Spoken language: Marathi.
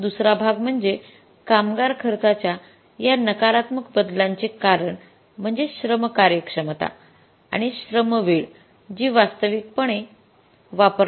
परंतु दुसरा भाग म्हणजे कामगार खर्चाच्या या नकारात्मक बदलांचे कारण म्हणजे श्रम कार्यक्षमता आणि श्रम वेळ जो वास्तविकपणे वापरला जात होता